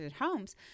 homes